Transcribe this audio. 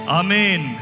amen